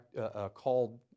called